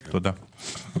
תודה.